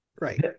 Right